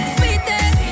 Sweetest